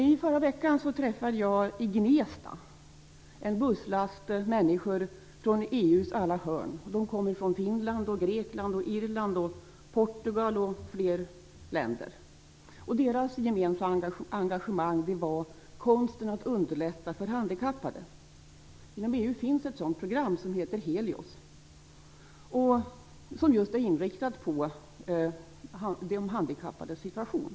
I förra veckan träffade jag i Gnesta en busslast människor ifrån EU:s alla hörn. De kom ifrån Finland, Grekland, Irland, Portugal m.fl. länder. Deras gemensamma engagemang var konsten att underlätta för handikappade. Inom EU finns ett program som heter Helios. Det är inriktat just på de handikappades situation.